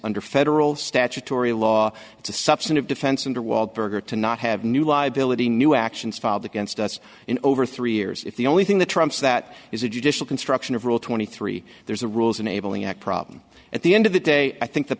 under federal statutory law it's a substantive defense under walberg or to not have new liability new actions filed against us in over three years if the only thing that trumps that is a judicial construction of rule twenty three there's a rules enabling act problem at the end of the day i think the